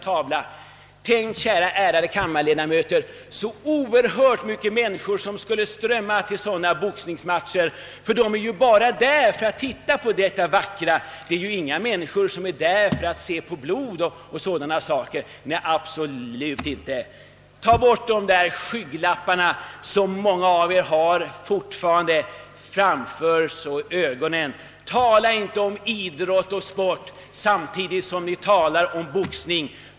Tänk, ärade kammarledamöter, så oerhört många människor som skulle störta till boxningsmatcherna! åskådarna kommer ju ändå bara för att titta på sådana saker och absolut inte för sensation och blod! Nej, ta bort de skygglappar som många av er fortfarande har framför ögonen! Tala inte om idrott samtidigt som ni talar om boxning!